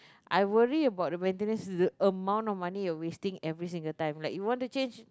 I worry about the maintenance is the amount of money of wasting every single time like you want to change